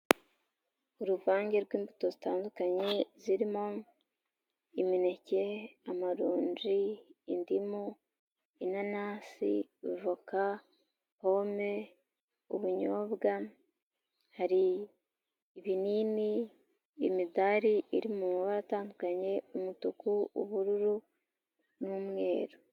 Uruvange rw'imbuto zitandukanye, zirimo imineke, amaronji, indimu, inanasi, ivoka, pome, ubunyobwa, hari ibinini, imidari, iri mu mabara atandukanye, umutuku, ubururu n'umweru.